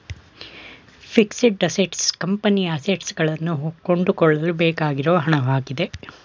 fixed assets ಕಂಪನಿಯ assets ಗಳನ್ನು ಕೊಂಡುಕೊಳ್ಳಲು ಬೇಕಾಗಿರುವ ಹಣವಾಗಿದೆ